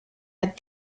had